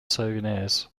souvenirs